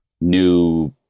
new